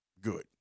good